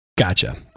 gotcha